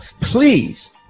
please